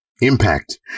impact